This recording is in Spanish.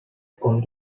con